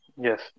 Yes